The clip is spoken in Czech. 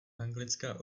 anglická